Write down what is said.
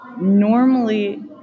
normally